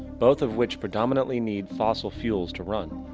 both of which predominantly need fossil fuels to run.